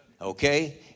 Okay